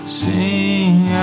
sing